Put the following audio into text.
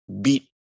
beat